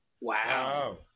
wow